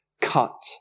cut